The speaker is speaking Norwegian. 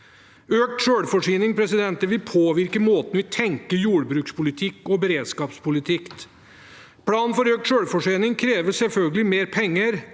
Økt selvforsyning vil påvirke måten vi tenker jordbrukspolitikk og beredskapspolitikk på. Planen for økt selvforsyning krever selvfølgelig mer penger,